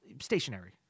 stationary